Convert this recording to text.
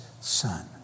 son